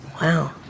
Wow